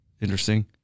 interesting